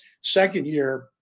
second-year